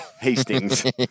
Hastings